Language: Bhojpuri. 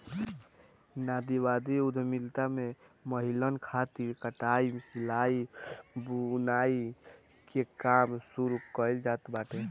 नारीवादी उद्यमिता में महिलन खातिर कटाई, सिलाई, बुनाई के काम शुरू कईल जात बाटे